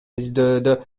издөөдө